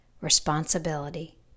Responsibility